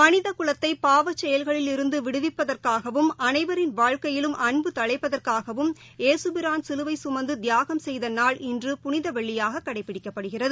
மனிதகுலத்தைபாவச்செயல்களில் இருந்துவிடுவிப்பதற்காகவும் அனைவரின் வாழ்க்கையிலும் அன்பு தழைப்பதற்காகவும் இயேசுபிரான் சிலுவைசுமந்துதியாகம் செய்தநாள் இன்று புனிதவெள்ளியாககடைப்பிடிக்கப்படுகிறது